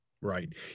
Right